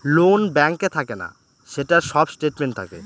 loan ব্যাঙ্কে থাকে না, সেটার সব স্টেটমেন্ট থাকে